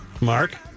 Mark